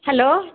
hello